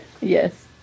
Yes